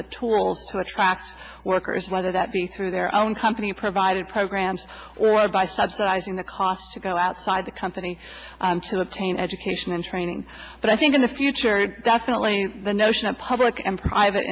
the tools to attract workers whether that be through their own company provided programs or by subsidizing the cost to go outside the company to obtain education and training but i think in the future definitely the notion of public and private